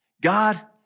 God